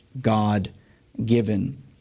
God-given